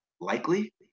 likely